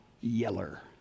Yeller